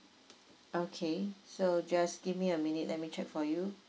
okay so just give me a minute let me check for you